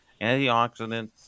antioxidants